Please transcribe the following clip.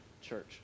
church